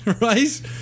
Right